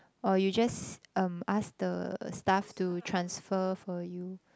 or you just um ask the staff to transfer for you